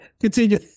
Continue